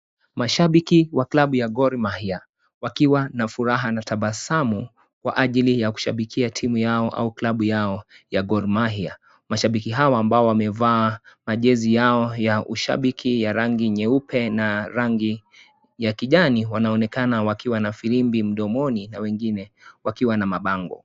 Mashabiki wa klabu ya Gormahia wakiwa na furaha na tabasamu kwa ajili ya Kushabiki ya timu yao au klabu yao ya Gormahia. Mashabiki hawa ambao wamewavaa majizi yao ya ushabiki ya rangi nyeupe na rangi ya kijani wanaonekana wakiwa na firimbi mdomoni na wengine wakiwa na mabango.